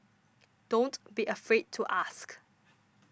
don't be afraid to ask